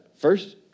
first